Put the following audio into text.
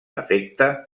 efecte